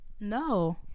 No